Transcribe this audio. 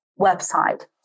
website